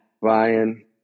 Ryan